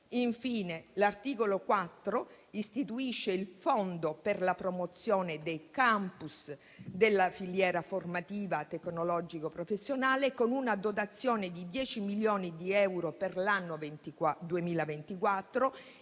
Infine, l'articolo 4 istituisce il Fondo per la promozione dei campus della filiera formativa tecnologico-professionale, con una dotazione di 10 milioni di euro per l'anno 2024